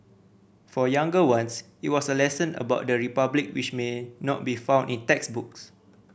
for younger ones it was a lesson about the republic which may not be found in textbooks